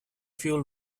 fuel